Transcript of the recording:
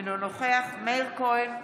אינו נוכח מאיר כהן,